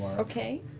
okay?